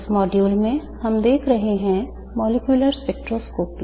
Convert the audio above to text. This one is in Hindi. इस मॉड्यूल में हम देख रहे हैं मॉलिक्यूलर स्पेक्ट्रोस्कोपी